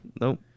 Nope